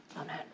Amen